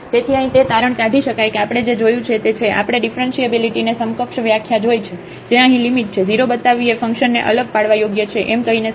તેથી અહીં તે તારણ કાઢી શકાય કે આપણે જે જોયું છે તે છે આપણે ડીફરન્શીએબીલીટીને સમકક્ષ વ્યાખ્યા જોઇ છે જે અહીં લિમિટ છે 0 બતાવવી એ ફંકશનને અલગ પાડવા યોગ્ય છે એમ કહીને સમકક્ષ છે